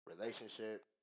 relationship